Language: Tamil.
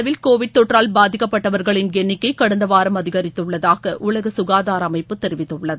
உலக அளவில் கோவிட் தொற்றால் பாதிக்கப்பட்டவர்களின் எண்ணிக்கை கடந்த வாரம் அதிகரித்துள்ளதாக உலக சுகாதார அமைப்பு தெரிவித்துள்ளது